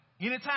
Anytime